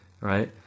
right